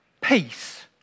peace